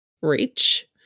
reach